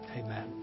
Amen